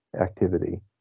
activity